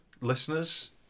listeners